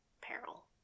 peril